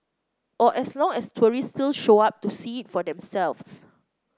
or as long as tourists still show up to see it for themselves